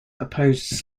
opposed